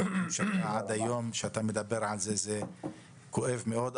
עד היום כשאתה מדבר על זה, זה כואב מאוד.